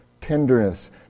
Tenderness